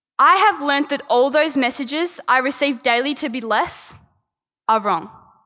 i have learned that all those messages i received daily to be less are wrong.